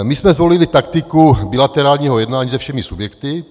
My jsme zvolili taktiku bilaterálního jednání se všemi subjekty.